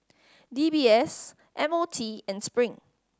D B S M O T and Spring